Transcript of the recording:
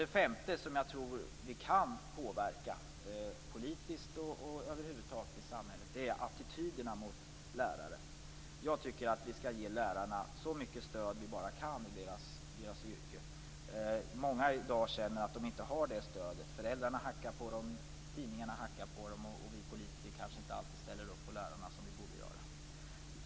Det femte, som jag tror att vi kan påverka politiskt och över huvud taget i samhället, är attityderna till lärare. Jag tycker att vi skall ge lärarna så mycket stöd vi bara kan i deras yrke. Många känner i dag att de inte har det stödet. Föräldrarna hackar på dem, tidningarna hackar på dem och vi politiker kanske inte alltid ställer upp för lärarna som vi borde göra.